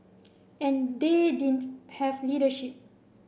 and they didn't have leadership